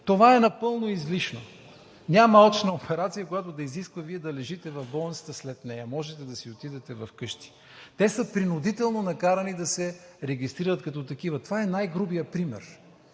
Това е напълно излишно. Няма очна операция, която да изисква Вие да лежите в болницата след нея. Можете да си отидете вкъщи. Те са принудително накарани да се регистрират като такива – това е най-грубият пример.